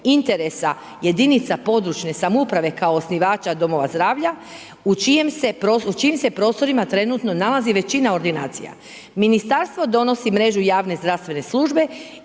interesa jedinica područne samouprave kao osnivača domova zdravlja u čijim se prostorima trenutno nalazi većina ordinacija. Ministarstvo donosi mrežu javne zdravstvene službe